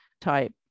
type